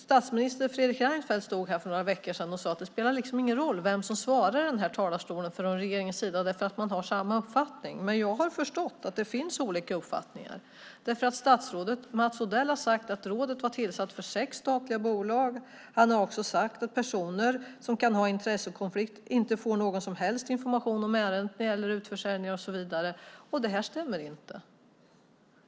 Statsminister Fredrik Reinfeldt stod här för några veckor sedan och sade att det liksom inte spelar någon roll vem som svarar i den här talarstolen från regeringens sida, därför att man har samma uppfattning. Men jag har förstått att det finns olika uppfattningar, för statsrådet Mats Odell har sagt att rådet var tillsatt för sex statliga bolag. Han har också sagt att personer som kan ha en intressekonflikt inte får någon som helst information om ett ärende som gäller utförsäljning och så vidare.